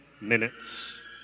minutes